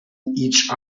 each